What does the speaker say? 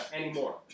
anymore